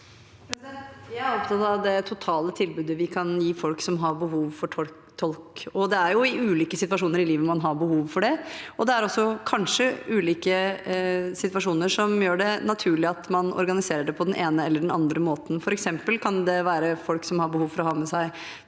Jeg er opptatt av det totale tilbudet vi kan gi folk som har behov for tolk. Det er i ulike situasjoner i livet man har behov for det, og det er kanskje også ulike situasjoner som gjør det naturlig at man organiserer det på den ene eller den andre måten. For eksempel kan det være folk som har behov for å ha med seg